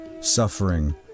suffering